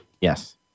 Yes